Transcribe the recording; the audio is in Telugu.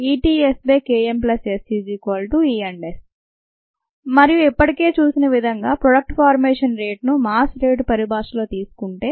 EtSKmSES మరియు ఇప్పటికే చూసిన విధంగా ప్రోడక్ట్ ఫార్మేషన్ రేటును మాస్ రేటు పరిభాషలో తీసుకుంటే